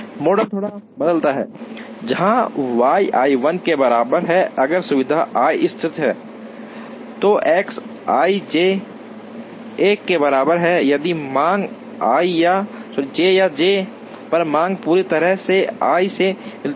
model थोड़ा बदलता है जहां Y i 1 के बराबर है अगर सुविधा i स्थित है तो X ij 1 के बराबर है यदि मांग j या j पर मांग पूरी तरह से i से मिलती है